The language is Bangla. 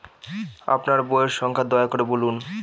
আপনার বইয়ের সংখ্যা দয়া করে বলুন?